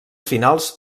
finals